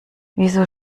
wieso